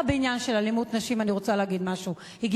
אני רוצה להגיד משהו דווקא בעניין של אלימות נגד נשים.